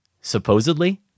supposedly